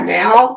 now